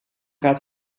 gaat